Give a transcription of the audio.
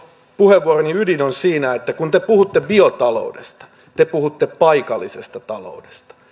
puheenvuoroni ydin on siinä että kun te puhutte biotaloudesta te puhutte paikallisesta taloudesta